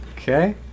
Okay